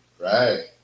right